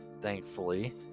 thankfully